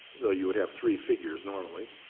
so you would have three figures, normally.